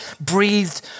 breathed